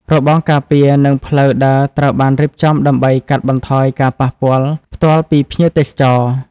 របងការពារ និងផ្លូវដើរត្រូវបានរៀបចំដើម្បីកាត់បន្ថយការប៉ះពាល់ផ្ទាល់ពីភ្ញៀវទេសចរ។